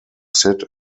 sit